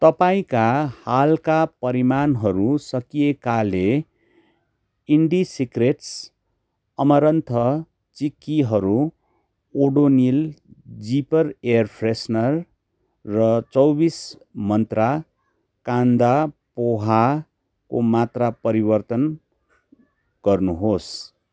तपाईँका हालका परिमाणहरू सकिएकाले इन्डिसिक्रेटस् अनारन्थ चिकिहरू ओडोनिल जिपर एयर फ्रेसनर र चौबिस मन्त्रा कान्दा पोहाको मात्रा परिवर्तन गर्नुहोस्